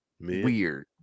weird